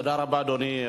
תודה רבה, אדוני.